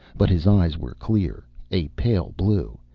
but his eyes were clear, a pale blue,